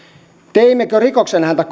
teimmekö rikoksen häntä